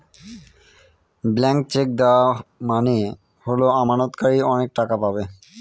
blank cheque দেওয়া মানে হল আমানতকারী অনেক টাকা পাবে